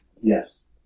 Yes